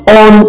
on